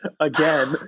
Again